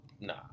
nah